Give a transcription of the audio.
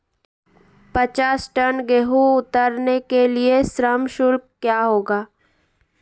पचास टन गेहूँ उतारने के लिए श्रम शुल्क क्या होगा?